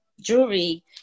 jewelry